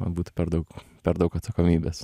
man būtų per daug per daug atsakomybės